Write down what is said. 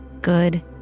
good